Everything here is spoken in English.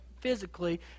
physically